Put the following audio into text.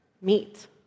meet